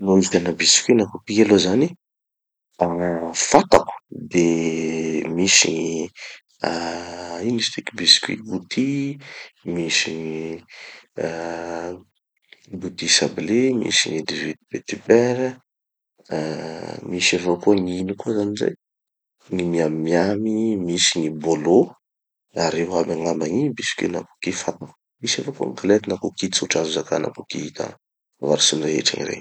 No vidiana biscuits na cookies aloha zany, fantako de misy gny ah ino izy tiky, biscuits gouty, misy gny ah gouty sablé, misy gny dix huit petits beurres, ah misy avao koa gn'ino koa zany zay, gny miam miam, misy gny bolo, da reo aby angamba gny biscuits na cookies fantako. Misy avao koa gny galety na cookie tsotra azo zakana cookie ka avarotsin'ny rehetra egny regny.